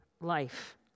life